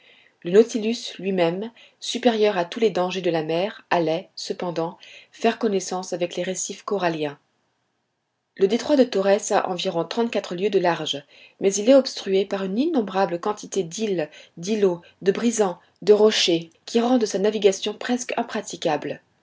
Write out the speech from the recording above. le nautilus lui-même supérieur à tous les dangers de la mer allait cependant faire connaissance avec les récifs coralliens le détroit de torrès a environ trente-quatre lieues de large mais il est obstrué par une innombrable quantité d'îles d'îlots de brisants de rochers qui rendent sa navigation presque impraticable